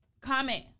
Comment